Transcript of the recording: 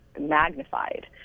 magnified